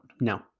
No